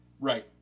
right